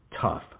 tough